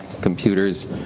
computers